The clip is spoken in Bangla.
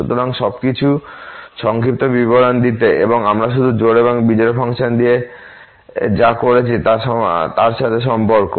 সুতরাং শুধু কিছু সংক্ষিপ্ত বিবরণ দিতে এবং আমরা শুধু জোড় এবং বিজোড় ফাংশন দিয়ে যা করেছি তার সাথে সম্পর্ক